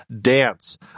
dance